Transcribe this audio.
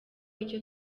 icyo